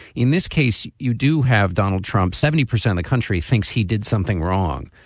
in this case, you do have donald trump, seventy percent. the country thinks he did something wrong,